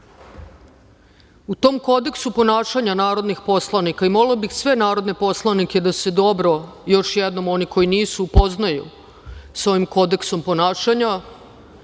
U tom Kodeksu ponašanja narodnih poslanika, i molila bih sve narodne poslanike da se dobro još jednom oni koji nisu upoznaju sa ovim Kodeksom ponašanja